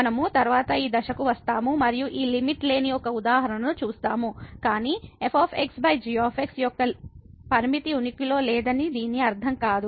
మనము తరువాత ఈ దశకు వస్తాము మరియు ఈ లిమిట్ లేని ఒక ఉదాహరణను చూస్తాము కానీ f g యొక్క లిమిట్ ఉనికిలో లేదని దీని అర్థం కాదు